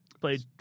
played